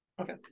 Okay